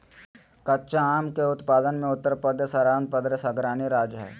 कच्चा आम के उत्पादन मे उत्तर प्रदेश आर आंध्रप्रदेश अग्रणी राज्य हय